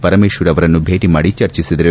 ಪರಮೇಶ್ವರ್ ಅವರನ್ನು ಭೇಟಿ ಮಾಡಿ ಚರ್ಚಿಸಿದರು